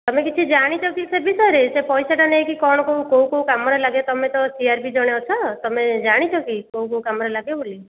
ତୁମେ କିଛି ଜାଣିଛ କି ସେ ବିଷୟରେ ସେ ପଇସାଟା ନେଇକି କ'ଣ କେଉଁ କେଉଁ କେଉଁ କାମରେ ଲଗେ ତୁମେ ତ ସି ଆର୍ ପି ଜଣେ ଅଛ ତୁମେ ଜାଣିଛ କି କେଉଁ କେଉଁ କାମରେ ଲାଗେ ବୋଲି